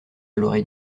l’oreille